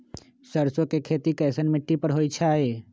सरसों के खेती कैसन मिट्टी पर होई छाई?